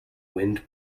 wind